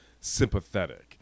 sympathetic